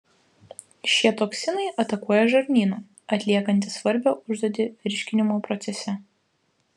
šie toksinai atakuoja žarnyną atliekantį svarbią užduotį virškinimo procese